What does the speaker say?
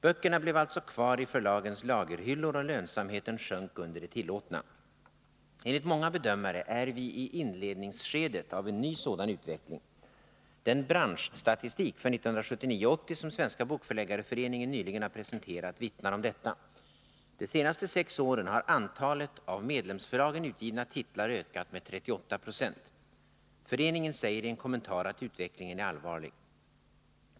Böckerna blev alltså kvar i förlagens lagerhyllor och lönsamheten sjönk under det tillåtna. Enligt många bedömare är vi i inledningsskedet av en ny sådan utveckling. Den branschstatistik för 1979/80 som Svenska bokförläggareföreningen nyligen har presenterat vittnar om detta. De senaste sex åren har antalet av medlemsförlagen utgivna titlar ökat med 38 96. Föreningen säger i en kommentar att utvecklingen är allvarlig.